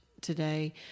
today